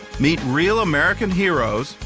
meet real american heroes.